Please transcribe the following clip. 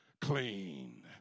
clean